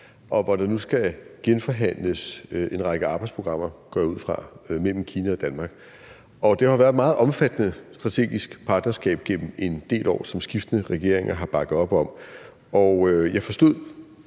og hvor der nu skal genforhandles en række arbejdsprogrammer, går jeg ud fra, mellem Kina og Danmark. Det har jo været et meget omfattende strategisk partnerskab gennem en del år, som skiftende regeringer har bakket op om. Og jeg forstod